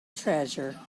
treasure